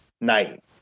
night